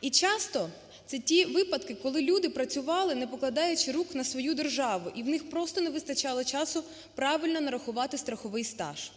І часто це ті випадки, коли люди працювали, не покладаючи рук на свою державу, і у них просто не вистачало часу правильно нарахувати страховий стаж.